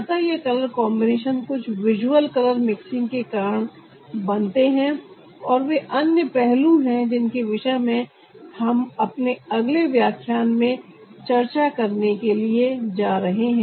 अतः यह colour combination कुछ विजुअल कलर मिक्सिंग के कारण बनते हैं और वे अन्य पहलू है जिनके विषय में हम अपने अगले व्याख्यान में चर्चा करने के लिए जा रहे हैं